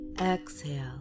Exhale